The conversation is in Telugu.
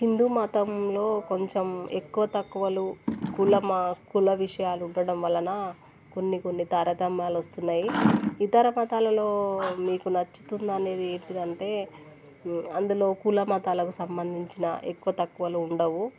హిందూ మతంలో కొంచెం ఎక్కువ తక్కువలు కులమ కుల విషయాలు ఉండటడం వలన కొన్ని కొన్ని తారతమ్యాలు వస్తున్నాయి ఇతర మతాలలో మీకు నచ్చుతుంది అనేది ఏంటంటే అందులో కుల మతాలకు సంబంధించిన ఎక్కువ తక్కువలు ఉండవు